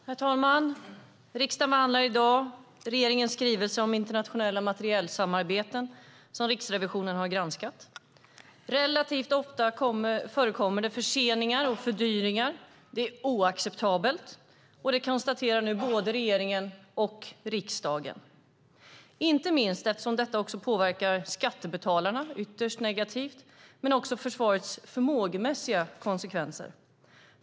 Herr talman! Riksdagen behandlar i dag regeringens skrivelse om internationella materielsamarbeten som Riksrevisionen har granskat. Relativt ofta förekommer det förseningar och fördyringar. Det är oacceptabelt, och det konstaterar nu både regeringen och riksdagen. Det är inte minst för att det påverkar skattebetalarna ytterst negativt, men det får också förmågemässiga konsekvenser för försvaret.